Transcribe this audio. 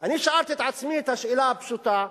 אני שאלתי את עצמי את השאלה הפשוטה,